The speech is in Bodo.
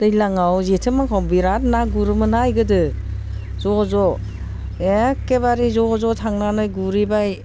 दैज्लांआव जेथो मासाव बिराद ना गुरोमोनहाय गोदो ज' ज' एखेबारे ज'ज'थांनानै गुरहैबाय